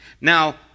Now